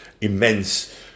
immense